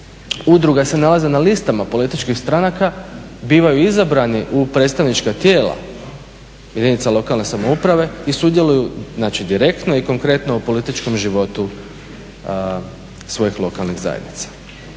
udruga se nalaze na listama političkih stranaka, bivaju izabrani u predstavnička tijela jedinica lokalne samouprave i sudjeluju, znači direktno i konkretno u političkom životu svojih lokalnih zajednica.